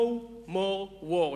No more war.